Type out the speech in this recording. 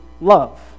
love